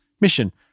mission